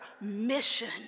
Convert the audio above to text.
mission